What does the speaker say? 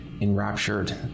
enraptured